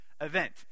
event